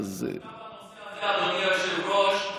אדוני היושב-ראש,